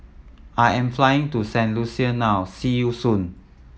I am flying to Saint Lucia now see you soon